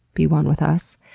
be one with us.